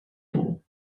nhw